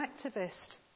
activist